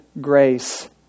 grace